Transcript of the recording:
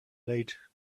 late